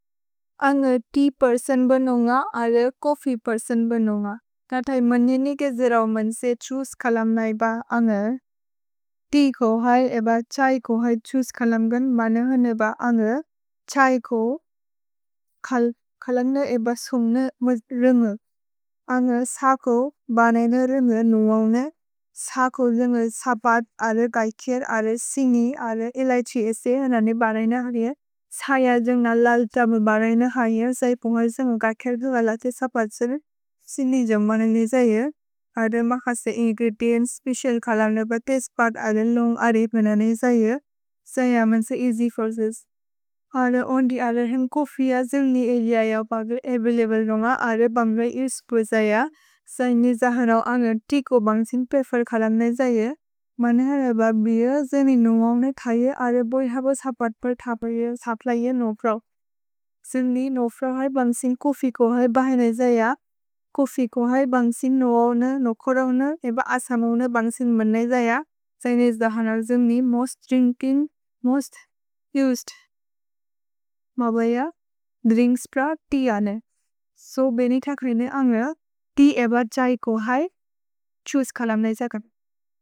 अन्ग tea person भेनोन्ग अल्रे कोफि पेर्सोन् भेनोन्ग। नथे मन्जनि के जेरओ मन्से छूस् कलम् नैब अन्ग। तेअ को है एब छै को है छूस् कलम्गन् बने हन् एब अन्ग। छ्है को कलन् न एब सुम्न मज्रुन्ग। अन्ग सको बने न रुन्ग नुऔन् न। सको रुन्ग सपत् अल्रे कैकिर् अल्रे सिन्गि अल्रे इलएछि ए से हनने बने न हगे। छ्है अ जन्ग् न लल् छबल् बने न हगे। सै पुन्गर् सन्ग ककिर् दु अलएछि सपत् सरिन् सिन्गि जम् बने नए जये। अर्रे मखसे इन्ग्रितिअन् स्पेचिअल्ल् कलन् न प केज्पात् अल्रे लुन्ग् अल्रे बने नए जये। सै यमन् से एअस्य् फोर्चेस्। अल्रे ओन्दि अल्रे हेन् कोफि अ जेम्नि इलि अयओ बग्रे अवैलब्ले रुन्ग अल्रे बम्बै इस्पो जये। सै निजहन् औ अने तेअ को बन्सिन् पेफेर् कलन् नए जये। सिनि नोफ्र है बन्सिन् कोफि को अल्रे बने नए जये। कोफि को अल्रे बन्सिन् नुऔन् न नुखरौन् न एब असमौन् न बन्सिन् बने नए जये। सै निजहन् औ जेम्नि मोस्त् द्रिन्किन्ग्, मोस्त् उसेद्। मबैय द्रिन्क्स् प्र तेअ अने। सो बने त क्रिने अन्ग तेअ एब छै को है छूसे कलन् नए जये।